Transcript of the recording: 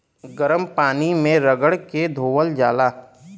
गरम पानी मे रगड़ के धोअल जाला